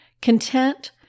content